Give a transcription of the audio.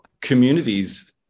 communities